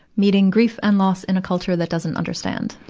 meeting grief and loss in a culture that doesn't understand.